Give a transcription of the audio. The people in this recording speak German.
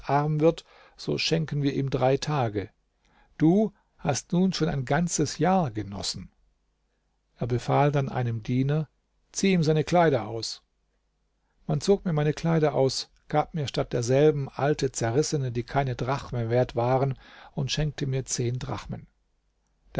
wird so schenken wir ihm drei tage du hast nun schon ein ganzes jahr genossen er befahl dann einem diener zieh ihm seine kleider aus man zog mir meine kleider aus gab mir statt derselben alte zerrissene die keine drachme wert waren und schenkte mir zehn drachmen